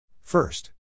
First